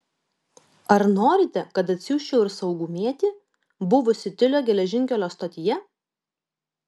ar norite kad atsiųsčiau ir saugumietį buvusį tiulio geležinkelio stotyje